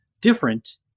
different